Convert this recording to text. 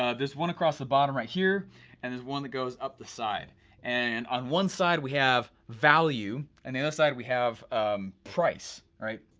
ah there's one across the bottom right here and there's one that goes up the side and on one side we have value and the other side we have price, right?